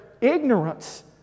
ignorance